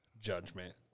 judgment